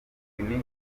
whitney